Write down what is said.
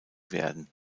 werden